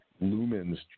Lumen's